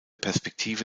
perspektive